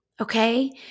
okay